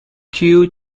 queue